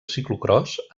ciclocròs